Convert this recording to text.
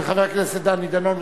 של חבר הכנסת דני דנון.